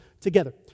together